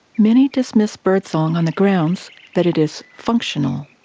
many dismiss birdsong on the grounds that it is functional,